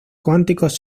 cuánticos